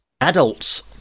adults